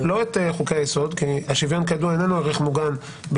אבל בכל אופן יש מקומות ציבוריים רבים שהקנס